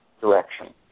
direction